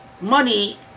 money